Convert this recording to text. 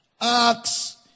Acts